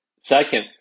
Second